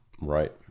Right